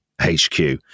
HQ